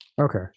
Okay